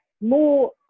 more